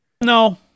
no